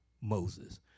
moses